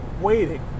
waiting